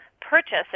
purchase